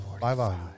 bye-bye